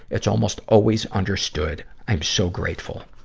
it's almost always understood. i'm so grateful.